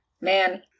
Man